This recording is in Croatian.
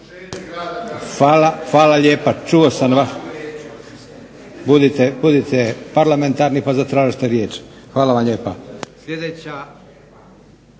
Hvala lijepa, čuo sam. Budite parlamentarni pa zatražite riječ. Hvala vam lijepa.